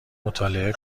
مطالعه